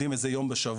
יודעים איזה יום בשבוע,